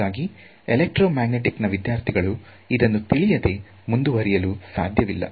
ಹಾಗಾಗಿ electromagnetic ನ ವಿದ್ಯಾರ್ಥಿಗಳು ಇದನ್ನು ತಿಳಿಯದೆ ಮುಂದುವರಿಯಲು ಸಾಧ್ಯವಿಲ್ಲ